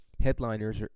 headliners